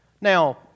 Now